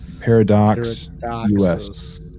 Paradoxus